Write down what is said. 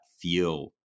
feel